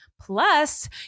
Plus